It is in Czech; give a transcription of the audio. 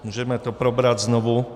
Můžeme to probrat znovu.